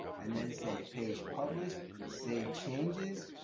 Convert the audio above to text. and then say page published. save changes,